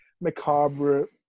macabre